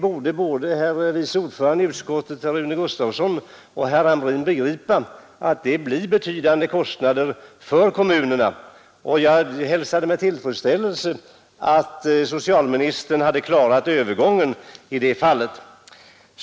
Både utskottets vice ordförande herr Rune Gustavsson och herr Hamrin borde begripa att detta medför betydande kostnader för kommunerna. Jag hälsade med tillfredsställelse att socialministern hade klarat övergången i det här fallet.